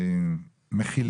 כמו ׳איחוד הצלה׳ ו- ׳עזר מציון׳,